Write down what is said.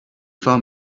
phone